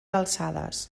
alçades